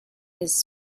his